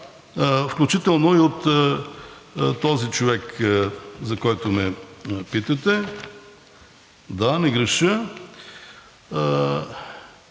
включително и от този човек, за когото ме питате. Да, не греша.